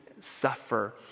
Suffer